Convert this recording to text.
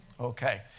Okay